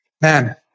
man